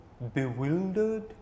Bewildered